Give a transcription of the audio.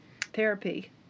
therapy